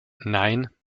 nein